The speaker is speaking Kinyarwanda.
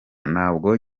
ntabwo